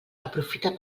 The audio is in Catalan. aprofita